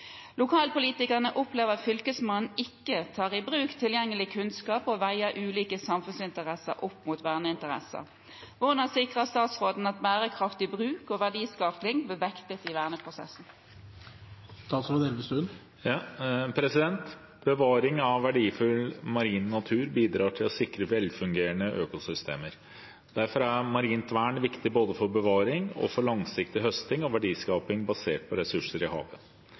Lokalpolitikerne opplever at Fylkesmannen ikke tar i bruk tilgjengelig kunnskap og veier ulike samfunnsinteresser opp mot verneinteresser. Hvordan sikrer statsråden at bærekraftig bruk og verdiskaping blir vektet i verneprosessene?» Bevaring av verdifull marin natur bidrar til å sikre velfungerende økosystemer. Derfor er marint vern viktig både for bevaring og for langsiktig høsting og verdiskaping basert på ressurser i havet.